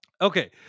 okay